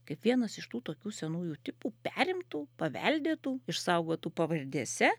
kaip vienas iš tų tokių senųjų tipų perimtų paveldėtų išsaugotų pavardėse